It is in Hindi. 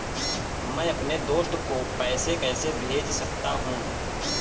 मैं अपने दोस्त को पैसे कैसे भेज सकता हूँ?